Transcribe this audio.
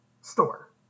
store